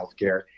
healthcare